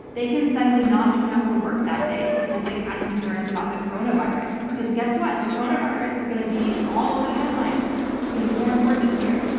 they can suddenly not turn up for work that day because they had concerns about the coronavirus because guess what? the coronavirus is going to be all over the headlines you know more and more this year.